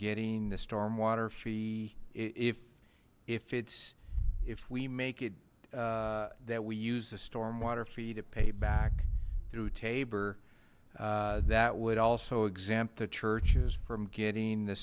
getting the stormwater fee if if it's if we make it that we use the stormwater fee to pay back through tabor that would also exempt the churches from getting the